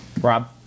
Rob